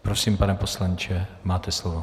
Prosím, pane poslanče, máte slovo.